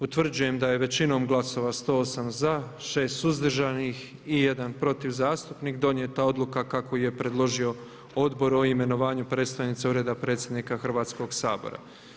Utvrđujem da je većinom glasova 108 za, 6 suzdržanih i 1 protiv zastupnik donijeta odluka kako ju je predložio odbor o imenovanju predstojnice Ureda predsjednika Hrvatskog sabora.